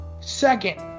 Second